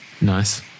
Nice